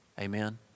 Amen